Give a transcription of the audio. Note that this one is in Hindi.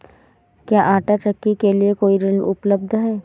क्या आंटा चक्की के लिए कोई ऋण उपलब्ध है?